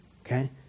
Okay